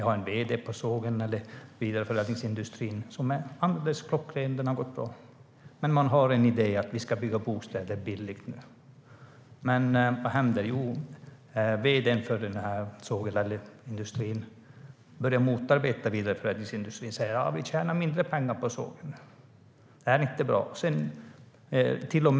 De har en vd på sågen eller i vidareförädlingsindustrin som är klockren, och det har gått bra. Men man har en idé om att man ska bygga bostäder billigt nu. Vad händer? Jo, vd:n för sågen eller industrin börjar motarbeta vidareförädlingsindustrin och säger: Vi tjänar mindre pengar på sågen nu. Det här är inte bra.